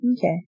Okay